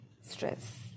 stress